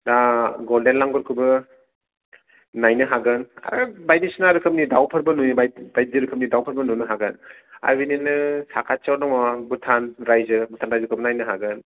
दा गलदेन लांगुरखौबो नायनो हागोन आरो बायदिसिना रोखोमनि दावफोरबो नुयो बायदि रोखोमनि दावफोरबो नुनो हागोन आरो बिदिनो साखाथिआव दङ भुतान रायजो भुतान रायजोखौबो नायनो हागोन